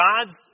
God's